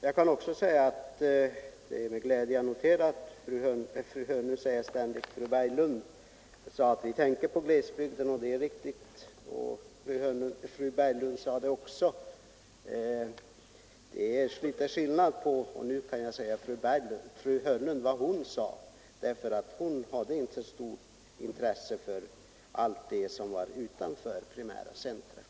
Det är med glädje jag noterar att fru Berglund menar att vi skall tänka på glesbygden. Det är litet skillnad på den punkten mellan fru Berglund och fru Hörnlund, för hon hade inte stort intresse för allt det som ligger utanför primära centra.